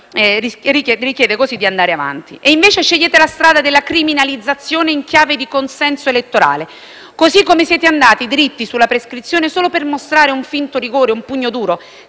E invece scegliete la strada della criminalizzazione in chiave di consenso elettorale, così come siete andati dritti sulla prescrizione solo per mostrare un finto rigore, un pugno duro,